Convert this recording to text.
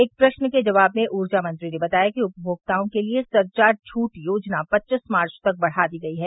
एक प्रश्न के जवाब में ऊर्जा मंत्री ने बताया कि उपभोक्ताओं के लिये सरचार्ज छूट योजना पच्चीस मार्च तक बढ़ा दी गई है